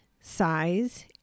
size